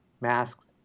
masks